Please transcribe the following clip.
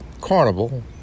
carnival